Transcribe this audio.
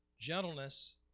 gentleness